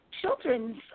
children's